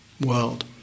world